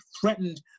threatened